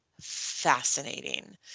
fascinating